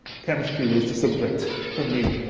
chemistry was the subject for me.